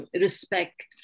respect